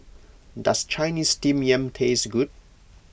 does Chinese Steamed Yam taste good